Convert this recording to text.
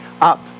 up